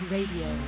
Radio